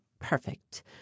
perfect